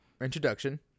introduction